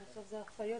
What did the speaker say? אני פותח את הישיבה.